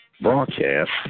Broadcast